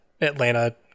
Atlanta